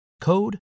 code